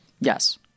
Yes